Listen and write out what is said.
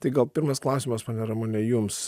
tai gal pirmas klausimas ponia ramune jums